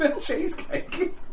cheesecake